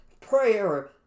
prayer